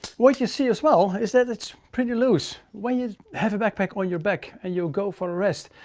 what you see as well is that that's pretty loose. when you have a backpack on your back and you go for a rest.